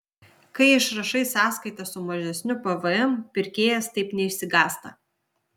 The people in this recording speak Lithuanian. kai išrašai sąskaitą su mažesniu pvm pirkėjas taip neišsigąsta